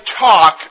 talk